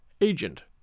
Agent